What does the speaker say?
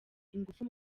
ingufu